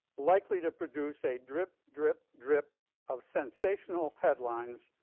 likely to produce a drip, drip, drip of sensational headlines,